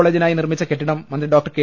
കോളേജിനായി നിർമ്മിച്ച കെട്ടിടം മന്ത്രി ഡോ കെ